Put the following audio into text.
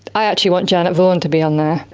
i actually want janet vaughan to be on there.